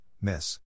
miss